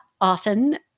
often